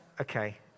Okay